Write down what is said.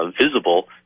visible